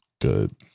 good